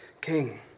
king